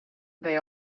they